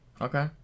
Okay